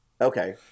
okay